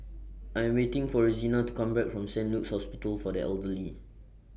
I Am waiting For Rosina to Come Back from Saint Luke's Hospital For The Elderly